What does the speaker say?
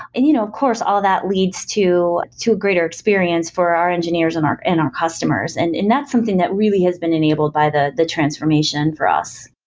and you know of course, all that leads to to greater experience for our engineers and our and our customers, and and that's something that really has been enabled by the the transformation for us.